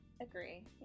Agree